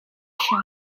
się